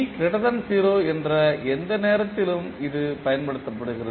t 0 என்ற எந்த நேரத்திலும் இது பயன்படுத்தப்படுகிறது